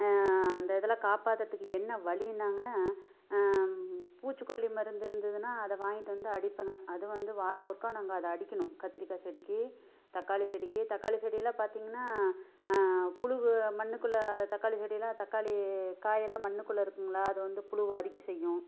அந்த இதெல்லாம் காப்பாத்துறதுக்கு என்ன வழினாங்க பூச்சி கொல்லி மருந்து இருந்ததுனால் அதை வாங்கிட்டு வந்து அடிப்பேங்க அது வந்து வாரம் ஒருக்கா நாங்கள் அதை அடிக்கணும் கத்தரிக்கா செடிக்கு தக்காளி செடிக்கு தக்காளி செடியெல்லாம் பார்த்திங்கன்னா புழு மண்ணுக்குள்ளே தக்காளி செடியெல்லாம் தக்காளி காயெல்லாம் மண்ணுக்குள்ளே இருக்குங்களா அது வந்து புழு அரிக்க செய்யும்